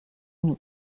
nous